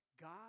God